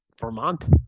Vermont